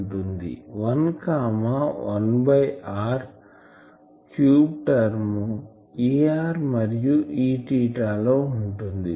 1 1 by r cube term Er మరియు Eθ లో ఉంటుంది